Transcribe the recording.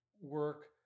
work